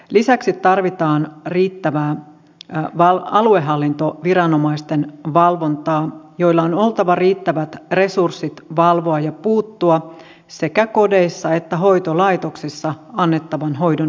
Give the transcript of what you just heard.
lisäksi tarvitaan riittävää aluehallintoviranomaisten valvontaa ja niillä on oltava riittävät resurssit valvoa ja puuttua sekä kodeissa että hoitolaitoksissa annettavan hoidon puutteisiin